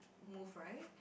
move right